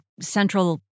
central